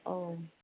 औ